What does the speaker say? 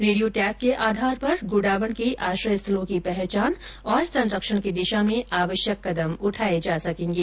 radio tag के आधार पर गोडावण के आश्रय स्थलों की पहचान और संरक्षण की दिशा में आवश्यक कदम उठाए जा सकेंगे